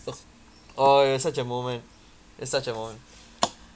!aww! it was such a moment it was such a moment